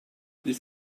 this